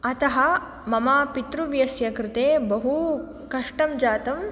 अतः मम पितृव्यस्य कृते बहुकष्टं जातम्